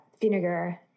vinegar